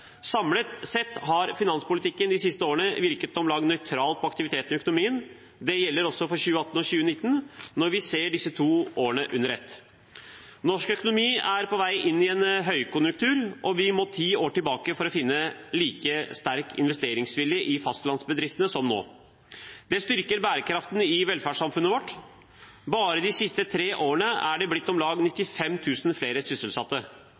Samlet sett har finanspolitikken de siste årene virket om lag nøytralt på aktiviteten i økonomien. Det gjelder også for 2018 og 2019 når vi ser disse to årene under ett. Norsk økonomi er på vei inn i en høykonjunktur, og vi må ti år tilbake for å finne like sterk investeringsvilje i fastlandsbedriftene som nå. Det styrker bærekraften i velferdssamfunnet vårt. Bare de siste tre årene er det blitt om lag 95 000 flere sysselsatte.